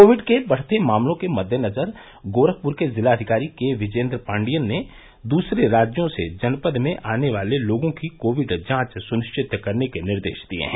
Covid के बढ़ते मामलों के मददेनजर गोरखपुर के जिलाधिकारी के विजयेन्द्र पाण्डियन ने दूसरे राज्यों से जनपद में आने वाले लोगों की कोविड जांच सुनिश्चित करने के निर्देश दिए हैं